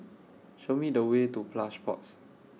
Show Me The Way to Plush Pods